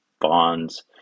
bonds